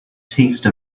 taste